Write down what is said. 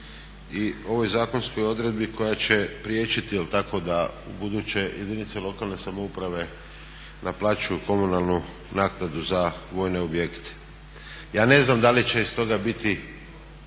i ovoj zakonskoj odredbi koja će priječiti jel tako da ubuduće jedinice lokalne samouprave naplaćuju komunalnu naknadu za vojne objekte. Ja ne znam da li će iz toga biti